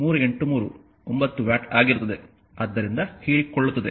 ಆದ್ದರಿಂದ p3 ಎನ್ನುವುದು 33 9 watt ಆಗಿರುತ್ತದೆ ಆದ್ದರಿಂದ ಹೀರಿಕೊಳ್ಳುತ್ತದೆ